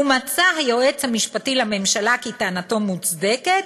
ומצא היועץ המשפטי לממשלה כי טענתו מוצדקת,